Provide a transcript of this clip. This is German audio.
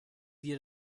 wir